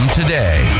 today